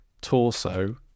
torso